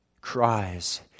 cries